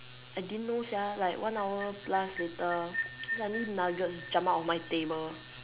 I didn't know sia like one hour plus later suddenly nuggets jump out of my table